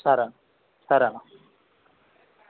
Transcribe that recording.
సరే అన్న సరే అన్న